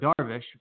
Darvish